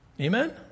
amen